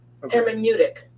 hermeneutic